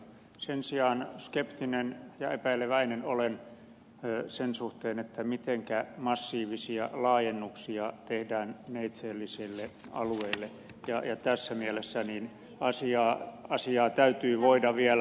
sen sijaan skeptinen ja epäileväinen olen sen suhteen mitenkä massiivisia laajennuksia tehdään neitseelliselle alueelle ja tässä mielessä asiaa täytyy voida vielä tarkistaa